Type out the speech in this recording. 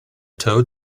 toad